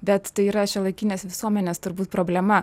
bet tai yra šiuolaikinės visuomenės turbūt problema